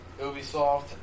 Ubisoft